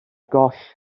goll